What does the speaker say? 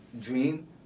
dream